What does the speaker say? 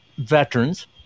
Veterans